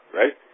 right